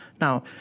Now